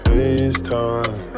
FaceTime